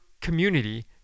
community